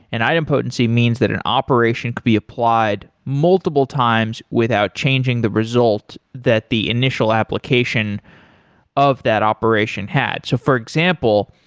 and item potency means that an operation could be applied multiple times without changing the result that the initial application of that operation had. so for example,